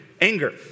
anger